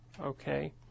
okay